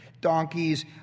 donkeys